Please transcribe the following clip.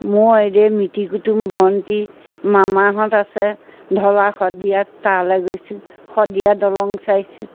মই এইদৰে মিটিৰ কুটুম ভণ্টী মামাহঁত আছে ঢলা শদিয়াত তালৈ গৈছোঁ শদিয়া দলং চাইছোঁ